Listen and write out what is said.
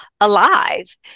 alive